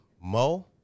Mo